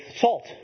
salt